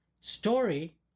story